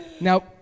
Now